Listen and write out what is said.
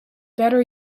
better